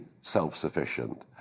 self-sufficient